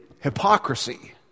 hypocrisy